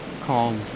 called